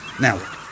Now